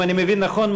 אם אני מבין נכון,